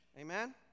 Amen